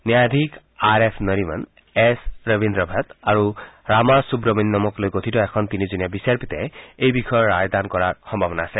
ন্যায়াধীশ R F Nariman S Ravindra Bhat আৰু ৰামা সুব্ৰমন্যমক লৈ গঠিত এখন তিনিজনীয়া বিচাৰপীঠে এই বিষয়ৰ ৰায়দান কৰাৰ সম্ভাৱন আছে